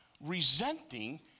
resenting